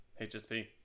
HSP